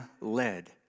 led